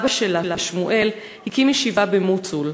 אבא שלה, שמואל, הקים ישיבה במוסול.